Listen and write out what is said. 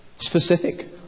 specific